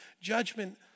judgment